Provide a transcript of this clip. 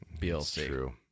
BLC